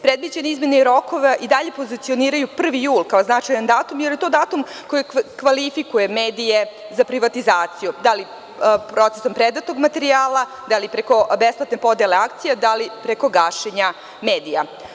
Predviđene izmene i rokovi i dalje pozicioniraju 1. jul kao značajan datum, jer je to datum koji kvalifikuje medije za privatizaciju, da li procesom predatog materijala, da li preko besplatne podele akcija, da li preko gašenja medija.